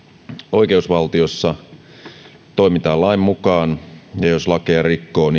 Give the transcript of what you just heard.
oikeusvaltiossa toimitaan lain mukaan ja jos lakeja rikkoo